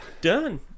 Done